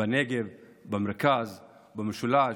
בנגב, במרכז, במשולש,